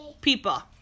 people